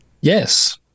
Yes